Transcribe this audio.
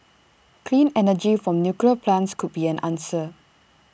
clean energy from nuclear plants could be an answer